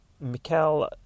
Mikael